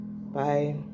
Bye